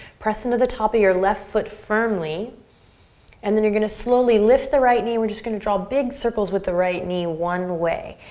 press into the top your left foot firmly and then you're gonna slowly lift the right knee. we're just gonna draw big circles with the right knee one way.